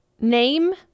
Name